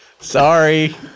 Sorry